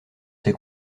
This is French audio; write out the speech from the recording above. ses